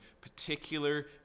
particular